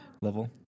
level